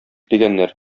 дигәннәр